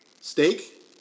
Steak